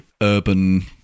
urban